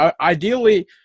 Ideally